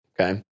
Okay